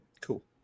Cool